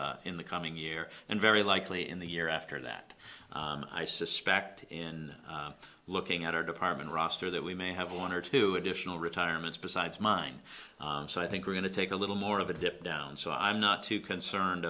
in the coming year and very likely in the year after that i suspect in looking at our department roster that we may have one or two additional retirements besides mine so i think we're going to take a little more of a dip down so i'm not too concerned